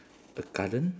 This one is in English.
a garden